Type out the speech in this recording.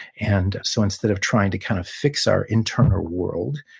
and so, instead of trying to kind of fix our internal world,